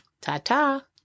Ta-ta